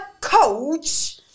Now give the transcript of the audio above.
coach